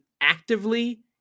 actively